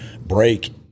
break